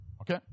Okay